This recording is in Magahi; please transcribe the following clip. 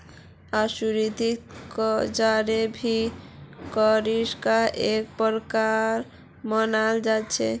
असुरिक्षित कर्जाक भी कर्जार का एक प्रकार मनाल जा छे